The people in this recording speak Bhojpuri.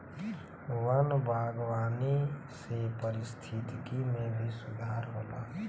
वन बागवानी से पारिस्थिकी में भी सुधार होला